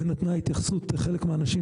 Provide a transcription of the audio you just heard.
והיא נתנה התייחסות לחלק מהאנשים